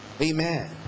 Amen